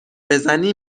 بزنی